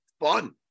Fun